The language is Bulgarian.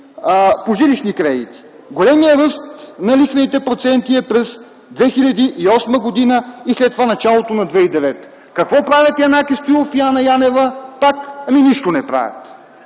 по жилищни кредити, големият ръст на лихвените проценти също е през 2008 г. и след това в началото на 2009 г. Какво правят Янаки Стоилов и Анна Янева? Пак нищо не правят.